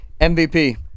MVP